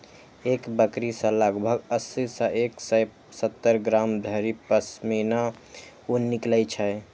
एक बकरी सं लगभग अस्सी सं एक सय सत्तर ग्राम धरि पश्मीना ऊन निकलै छै